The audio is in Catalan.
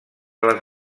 les